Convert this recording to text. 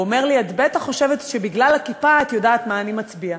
והוא אומר לי: את בטח חושבת שבגלל הכיפה את יודעת מה אני מצביע.